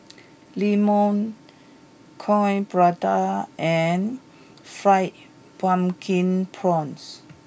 Lemang Coin Prata and Fried Pumpkin Prawns